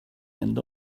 end